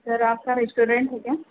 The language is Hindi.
सर आपका रेस्टोरेंट है क्या